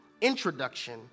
introduction